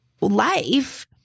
life